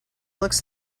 looks